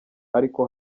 ariko